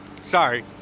Sorry